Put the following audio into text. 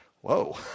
whoa